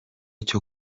cyo